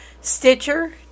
Stitcher